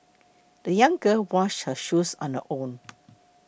the young girl washed her shoes on her own